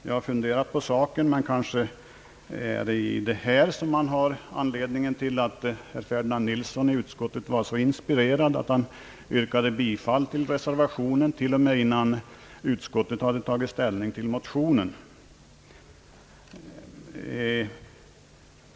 Man har kanske här förklaringen till att herr Ferdinand Nilsson i utskottet var så inspirerad att han yrkade bifall till reservationen, t.o.m. innan utskottet hade tagit ställning till motionen.